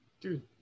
dude